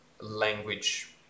language